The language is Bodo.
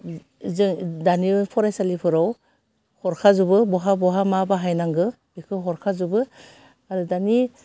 जोह दानि फरायसालिफोराव हरखा जोबो बहा बहा मा बाहायनांगो बेखौ हरखा जोबो आरो दानि